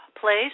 place